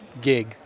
gig